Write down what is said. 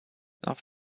off